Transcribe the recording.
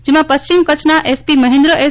જેમા પશ્ચિમ કચ્છના એસપી મફેન્દ્ર એસ